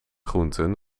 groenten